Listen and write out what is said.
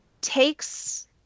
takes